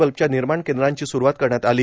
बल्बच्या निर्माण केंद्राची स्रुवात करण्यात आली